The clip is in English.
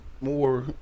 more